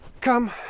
come